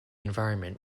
environment